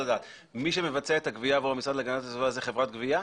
מי שמבצע את הגבייה עבור המשרד להגנת הסביבה זה חברת גבייה?